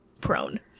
prone